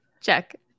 Check